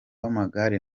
w’amagare